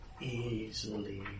easily